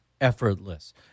effortless